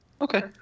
Okay